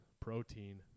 protein